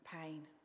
pain